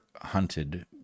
hunted